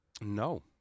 No